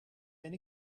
ben